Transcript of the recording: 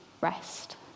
rest